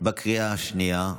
בקריאה השנייה,